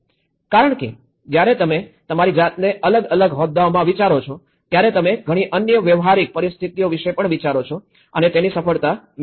કારણ કે જયારે તમે તમારી જાતને અલગ અલગ હોદ્દાઓમાં વિચારો છો ત્યારે તમે ઘણી અન્ય વ્યવહારિક પરિસ્થિતિઓ વિશે પણ વિચારો છો અને તેની સફળતા મેં જોઈ હતી